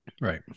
Right